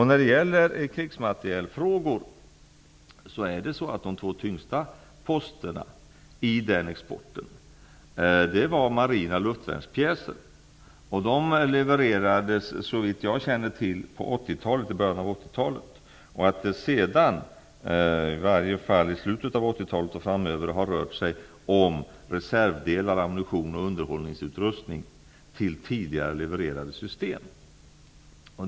När det gäller exporten av krigsmateriel är de två tyngsta posterna marina luftvärnspjäser. De levererades, så vitt jag känner till, i början av 80-talet. Från slutet av 80-talet och framöver har det rört sig om reservdelar, ammunition och underhållsutrustning till tidigare levererade system.